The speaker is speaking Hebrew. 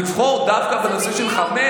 אף פעם לא הבנתי, לבחור דווקא בנושא של חמץ?